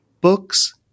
Books